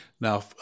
Now